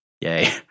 Yay